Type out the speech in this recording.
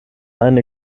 eine